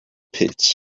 pilz